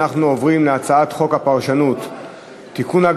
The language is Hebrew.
אנחנו עוברים להצעת חוק הפרשנות (תיקון,